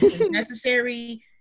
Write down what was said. necessary